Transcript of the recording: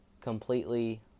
completely